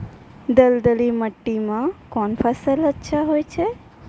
दलदली माटी म कोन फसल अच्छा होय छै?